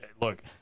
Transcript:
look